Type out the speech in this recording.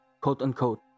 quote-unquote